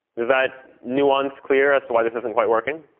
is that nuance clear as to why this isn't quite working?